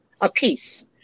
apiece